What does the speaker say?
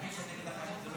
להגיד שזה נגד החיילים?